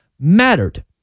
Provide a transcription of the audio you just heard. mattered